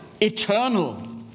eternal